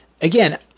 Again